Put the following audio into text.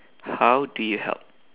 how do you help